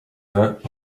vingts